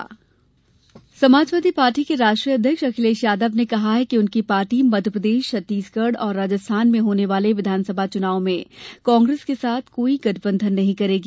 सपा ऐलान समाजवादी पार्टी के राष्ट्रीय अध्यक्ष अखिलेश यादव ने कहा है कि उनकी पार्टी मध्यप्रदेश छत्तीसगढ और राजस्थान में होने वाले विधानसभा चुनाव में कांग्रेस के साथ कोई गठबंधन नहीं करेगी